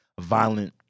violent